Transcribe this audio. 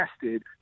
tested